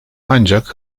ancak